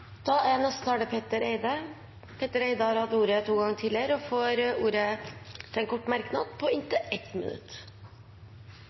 Petter Eide har hatt ordet to ganger tidligere og får ordet til en kort merknad,